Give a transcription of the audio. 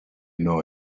know